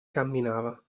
camminava